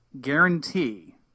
guarantee